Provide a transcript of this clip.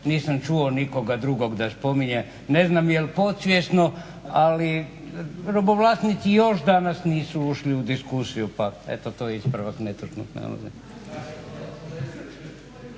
nisam čuo nikog drugog da spominje. Ne znam jel podsvjesno, ali robovlasnici još danas nisu ušli u diskusiju pa eto to je ispravak netočnog navoda.